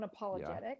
Unapologetic